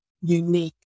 unique